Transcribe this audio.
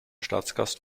staatsgast